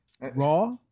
Raw